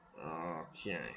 Okay